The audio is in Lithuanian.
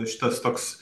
šitas toks